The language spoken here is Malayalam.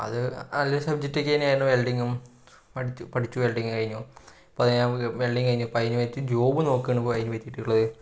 അത് അത് നല്ലൊരു സബ്ജക്ട് ഒക്കെ തന്നെയായിരുന്നു വെൽഡിങ്ങും പഠിച്ചു വെൽഡിങ്ങു കഴിഞ്ഞു അപ്പോൾ അതിന് ഞാൻ വെൽഡിങ്ങു കഴിഞ്ഞു ഇപ്പോൾ അതിന് പറ്റിയ ജോബ് നോക്കാണ് അതിന് പറ്റിയിട്ടുള്ളത്